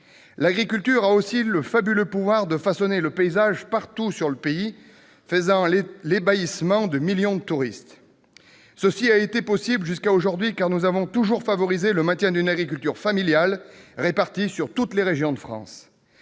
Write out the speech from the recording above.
L'agriculture a aussi le fabuleux pouvoir de façonner les paysages partout dans le pays, faisant l'ébahissement de millions de touristes. Cela a été jusqu'à présent possible, car nous avons toujours favorisé le maintien d'une agriculture familiale, répartie dans toutes les régions de France.